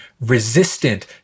resistant